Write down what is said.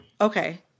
Okay